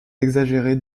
exagérées